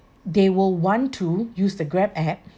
they will want to use the grab app